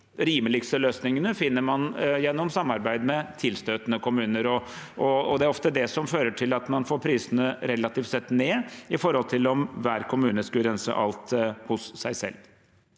rimeligste løsningene finner man gjennom samarbeid med tilstøtende kommuner, og det er ofte det som fører til at man relativt sett får prisene ned, i forhold til om hver kommune skulle renset alt hos seg selv.